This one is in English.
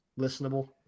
listenable